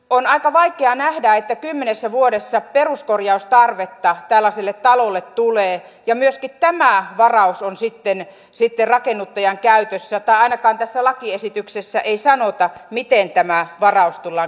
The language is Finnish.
on aika vaikea nähdä että kymmenessä vuodessa peruskorjaustarvetta tällaiselle talolle tulee ja myöskin tämä varaus on sitten rakennuttajan käytössä tai ainakaan tässä lakiesityksessä ei sanota miten tämä varaus tullaan käyttämään